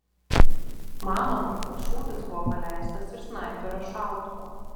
manoma kad šūvis buvo paleistas iš snaiperio šautuvo